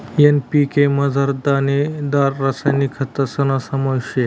NPK मझार दानेदार रासायनिक खतस्ना समावेश शे